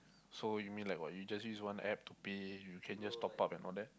so you mean like what you just use one App to pay you can just top up and all that